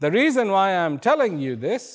the reason why i am telling you this